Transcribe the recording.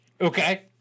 okay